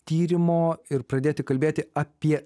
tyrimo ir pradėti kalbėti apie